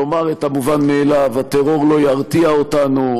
לומר את המובן מאליו: הטרור לא ירתיע אותנו.